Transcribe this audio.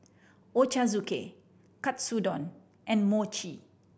Ochazuke Katsudon and Mochi